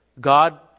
God